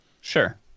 sure